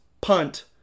punt